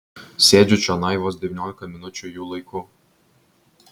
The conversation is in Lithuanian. sėdžiu čionai vos devyniolika minučių jų laiku